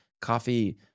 coffee